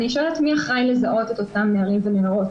אני שואלת מי אחראי לזהות את אותם נערים ונערות.